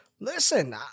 Listen